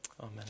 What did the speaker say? Amen